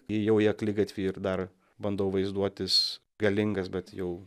įėjau į akligatvį ir dar bandau vaizduotis galingas bet jau